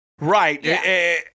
Right